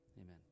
Amen